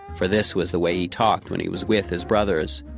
for this was the way he talked when he was with his brothers.